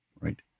right